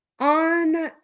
on